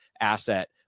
asset